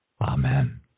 Amen